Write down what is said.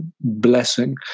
blessing